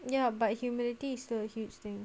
ya but humility is the huge thing